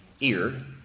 ear